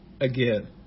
again